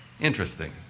Interesting